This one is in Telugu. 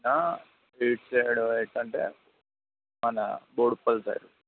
ఇటు సైడ్ ఎట్టంటే మన గోడిపల్లి సైడు